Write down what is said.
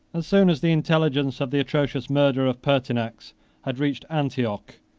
as soon as the intelligence of the atrocious murder of pertinax had reached antioch,